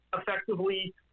effectively